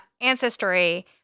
ancestry